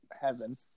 heaven